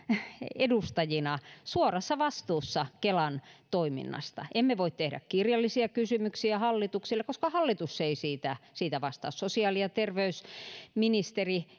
edustajina suorassa vastuussa kelan toiminnasta emme voi tehdä kirjallisia kysymyksiä hallitukselle koska hallitus ei siitä siitä vastaa sosiaali ja terveysministeri